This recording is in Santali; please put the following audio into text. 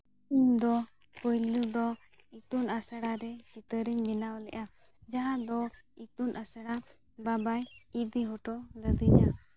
ᱤᱧᱫᱚ ᱯᱳᱭᱞᱳ ᱫᱚ ᱤᱛᱩᱱ ᱟᱥᱲᱟ ᱨᱮ ᱪᱤᱛᱟᱹᱨᱤᱧ ᱵᱮᱱᱟᱣ ᱞᱮᱫᱼᱟ ᱡᱟᱦᱟᱸ ᱫᱚ ᱤᱛᱩᱱ ᱟᱥᱲᱟ ᱵᱟᱵᱟᱭ ᱤᱫᱤ ᱦᱚᱴᱚ ᱠᱟᱹᱫᱤᱧᱟ